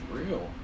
real